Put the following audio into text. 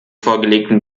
vorgelegten